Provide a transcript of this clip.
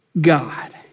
God